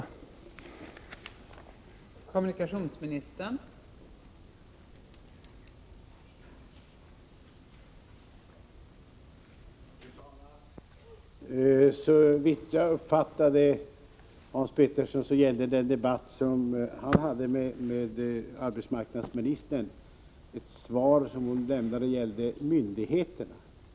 N tsläpp av hälsofarliga ämnen